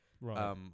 Right